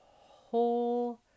whole